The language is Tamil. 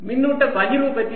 மின்னூட்ட பகிர்வு பற்றி என்ன